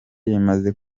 imaze